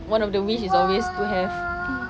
one of the wish is always to have